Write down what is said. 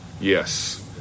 Yes